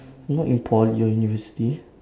not in poly or university